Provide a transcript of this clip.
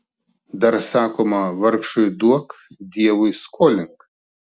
dar sakoma vargšui duok dievui skolink